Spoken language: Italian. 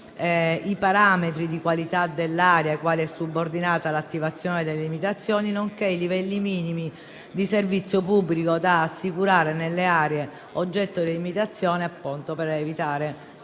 i parametri di qualità dell'aria ai quali è subordinata l'attivazione delle limitazioni, nonché i livelli minimi di servizio pubblico da assicurare nelle aree oggetto di limitazione, per evitare